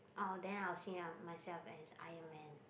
orh then I will see uh myself as Ironman